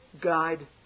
guide